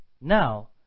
Now